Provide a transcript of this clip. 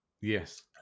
Yes